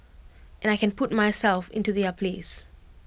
and I can put myself into their place